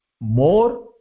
more